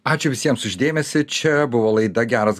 ačiū visiems už dėmesį čia buvo laida geras